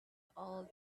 all